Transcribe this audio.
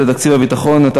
43, הוראת